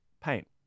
paint